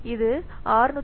இது 661